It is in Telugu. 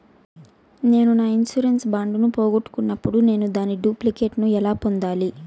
నేను నా ఇన్సూరెన్సు బాండు ను పోగొట్టుకున్నప్పుడు నేను దాని డూప్లికేట్ ను ఎలా పొందాలి?